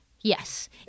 Yes